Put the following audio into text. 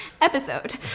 episode